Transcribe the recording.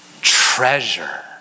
treasure